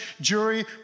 jury